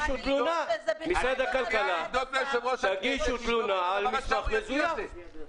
משרד הכלכלה, תגישו תלונה על מסמך מזויף.